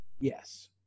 yes